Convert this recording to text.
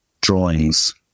drawings